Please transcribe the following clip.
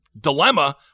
dilemma